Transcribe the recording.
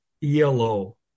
Yellow